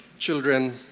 Children